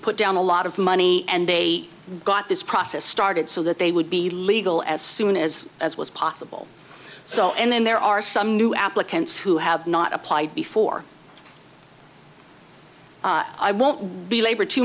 put down a lot of money and they got this process started so that they would be legal as soon as as was possible so and then there are some new applicants who have not applied before i won't belabor too